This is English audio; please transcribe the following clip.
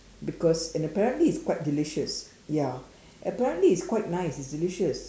because and apparently it's quite delicious ya apparently it's quite nice it's delicious